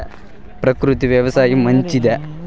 ప్రకృతి వ్యవసాయం మంచిదా?